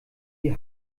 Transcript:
die